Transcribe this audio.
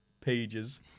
pages